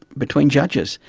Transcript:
between judges.